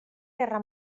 guerra